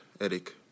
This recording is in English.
Eric